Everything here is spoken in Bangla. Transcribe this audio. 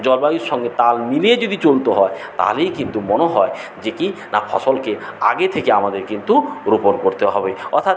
জলবায়ুর সঙ্গে তাল মিলিয়ে যদি চলতে হয় তাহলে কিন্তু মনে হয় যে কি না ফসলকে আগে থেকে আমাদের কিন্তু রোপণ করতে হবে অর্থাৎ